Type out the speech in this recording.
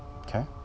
Okay